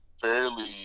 fairly